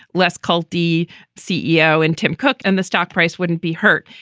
less culty ceo and tim cook and the stock price wouldn't be hurt.